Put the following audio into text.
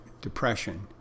depression